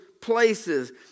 places